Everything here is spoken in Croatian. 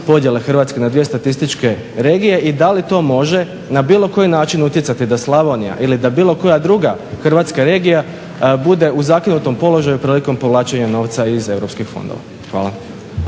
Hrvatske na dvije statističke regije i da li to može na bilo koji način utjecati da Slavonija ili da bilo koja druga hrvatska regija bude u zakinutom položaju prilikom povlačenja novca iz EU fondova. Hvala.